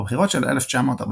בבחירות של 1945,